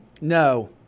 No